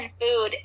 food